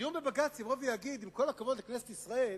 הדיון בבג"ץ יבוא ויגיד: עם כל הכבוד לכנסת ישראל,